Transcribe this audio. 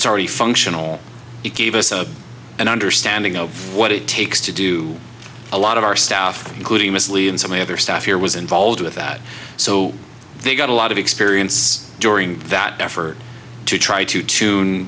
it's already functional it gave us a an understanding of what it takes to do a lot of our staff including miss lee and so many other staff here was involved with that so they got a lot of experience during that effort to try to tune